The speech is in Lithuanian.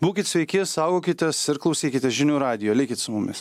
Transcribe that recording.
būkit sveiki saugokitės ir klausykite žinių radijo likit su mumis